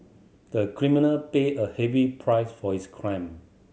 the criminal paid a heavy price for his crime